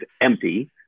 empty